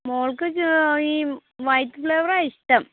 മോൾക്ക് ഈ white flavour ആണ് ഇഷ്ടം